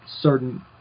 certain